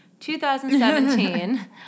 2017